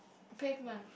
pavement